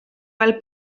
fel